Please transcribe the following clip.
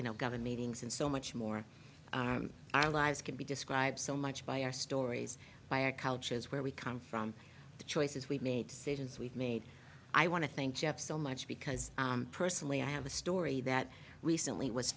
govern meetings and so much more our lives can be described so much by our stories by our cultures where we come from the choices we've made decisions we've made i want to thank jeff so much because personally i have a story that recently was